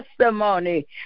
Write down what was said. testimony